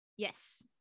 Yes